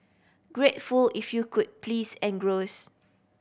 grateful if you could please engross